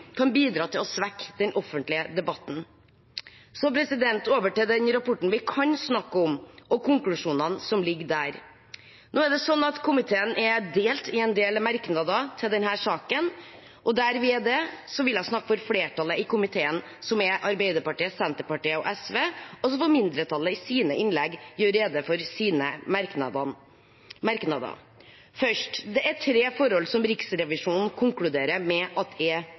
kan bidra til å svekke den offentlige debatten. Så over til den rapporten vi kan snakke om, og konklusjonene som ligger der. Komiteen er delt i en del merknader til denne saken, og der vi er det, vil jeg snakke for flertallet i komiteen, som er Arbeiderpartiet, Senterpartiet og SV. Og så får mindretallet i sine innlegg gjøre rede for sine merknader. Først: Det er tre forhold som Riksrevisjonen konkluderer med at er